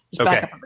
Okay